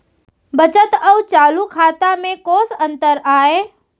बचत अऊ चालू खाता में कोस अंतर आय?